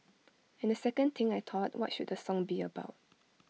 and the second thing I thought what should the song be about